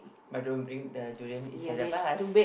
but don't bring the durian inside the bus